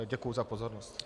Děkuji za pozornost.